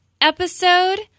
episode